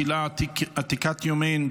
קהילה עתיקת יומין,